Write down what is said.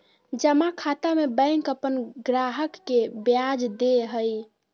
जमा खाता में बैंक अपन ग्राहक के ब्याज दे हइ